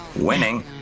Winning